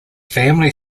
family